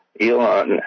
Elon